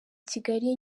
kigali